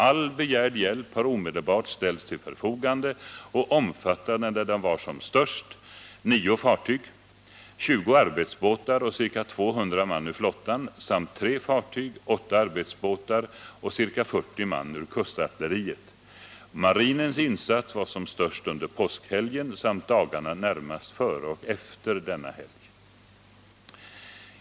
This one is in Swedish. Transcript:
All begärd hjälp har omedelbart ställts till förfogande och omfattade när den var som störst 9 fartyg, 20 arbetsbåtar och ca 200 man ur flottan samt 3 fartyg, 8 arbetsbåtar och ca 40 man ur kustartilleriet. Marinens insatser var som störst under påskhelgen samt dagarna närmast före och efter denna helg.